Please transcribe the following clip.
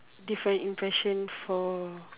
different impression for